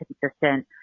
consistent